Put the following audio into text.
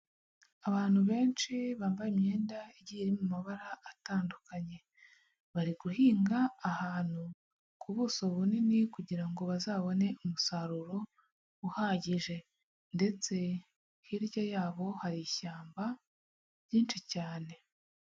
Abantu benshi bambaye imyenda igiye iri mu mabara atandukanye, bari guhinga ahantu ku buso bunini kugira ngo bazabone umusaruro uhagije, ndetse hirya yabo hari ishyamba ryinshi cyane.